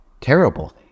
terrible